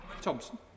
Thompson